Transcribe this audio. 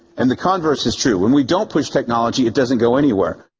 and the converse is true. when we don't push technology it doesn't go anywhere.